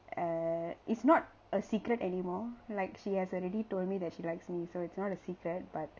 uh it's not a secret anymore like she has already told me that she likes me so it's not a secret but